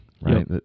right